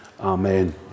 Amen